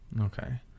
okay